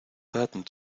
daten